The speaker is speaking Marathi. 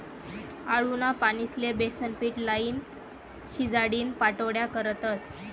आळूना पानेस्ले बेसनपीट लाईन, शिजाडीन पाट्योड्या करतस